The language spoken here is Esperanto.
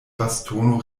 bastono